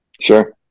Sure